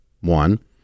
one